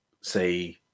say